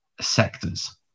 sectors